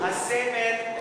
הסמל,